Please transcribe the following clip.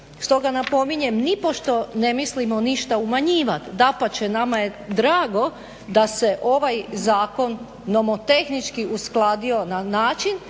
Stoga napominjem, nipošto ne mislimo ništa umanjivati. Dapače, nama je drago da se ovaj Zakon nomotehnički uskladio na način